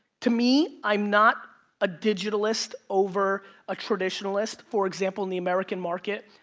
to me, i'm not a digitalist over a traditionalist. for example, in the american market,